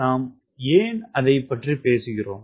நாம் ஏன் அதைப் பற்றி பேசுகிறோம்